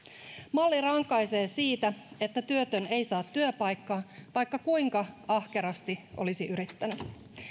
malli rankaisee siitä että työtön ei saa työpaikkaa vaikka kuinka ahkerasti olisi yrittänyt